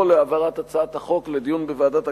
להעברת הצעת החוק לדיון בוועדת הכלכלה.